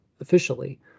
officially